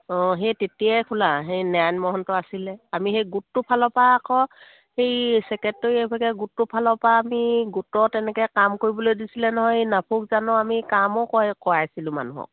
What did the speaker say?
অঁ সেই তেতিয়াই খোলা সেই নাৰায়ণ মহন্ত আছিলে আমি সেই গোটটোৰ ফালৰ পৰা আকৌ সেই ছেক্ৰেটেৰী এভাগে গোটটোৰ ফালৰ পৰা আমি গোটৰ তেনেকৈ কাম কৰিবলৈ দিছিলে নহয় এই নাফক জানো আমি কামো ক কৰাইছিলো মানুহক